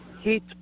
heat